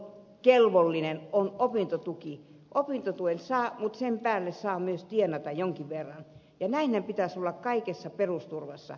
opintotuen saa mutta sen päälle saa myös tienata jonkin verran ja näinhän pitäisi olla kaikessa perusturvassa